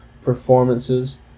performances